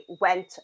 went